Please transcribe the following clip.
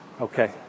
okay